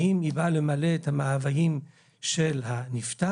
האם היא באה למלא את המאוויים של הנפטר